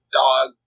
dog